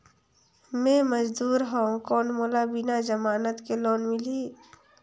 मे मजदूर हवं कौन मोला बिना जमानत के लोन मिलही?